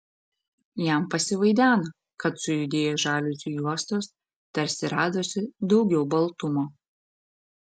jam pasivaideno kad sujudėjo žaliuzių juostos tarsi radosi daugiau baltumo